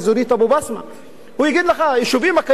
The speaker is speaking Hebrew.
הוא יגיד לך, היישובים הקיימים שבע-שמונה שנים,